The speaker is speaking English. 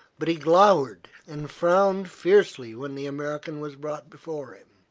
but he glowered and frowned fiercely when the american was brought before him.